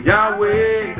Yahweh